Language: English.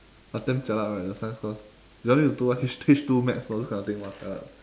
but damn jialat right your science course you all need to do what H~ H two maths all those kind of thing !wah! jialat